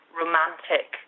romantic